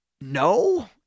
No